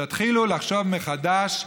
תתחילו לחשוב מחדש,